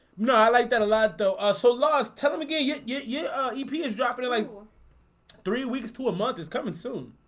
no, i like that a lot though. ah so lost tell him again. yeah, yeah yeah ah he but he is dropping it like three weeks to a month is coming soon